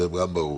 זה ברור.